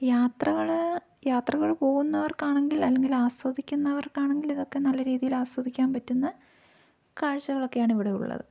യാത്രകൾ യാത്രകൾ പോകുന്നവർക്കാണെങ്കിൽ അല്ലെങ്കിൽ ആസ്വദിക്കുന്നവർക്ക് ആണെങ്കിൽ ഇതൊക്കെ നല്ല രീതിയിൽ ആസ്വദിക്കാൻ പറ്റുന്ന കാഴ്ചകളൊക്കെയാണ് ഇവിടെ ഉള്ളത്